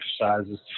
exercises